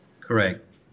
Correct